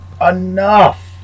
Enough